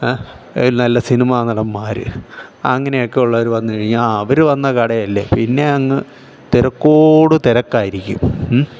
നല്ല സിനിമാ നടമാർ അങ്ങനെയൊക്കെയുള്ളവർ വന്നു കഴിഞ്ഞാൽ അവർ വന്ന കടയല്ലേ പിന്നെ അങ്ങ് തിരക്കോട് തിരക്കായിരിക്കും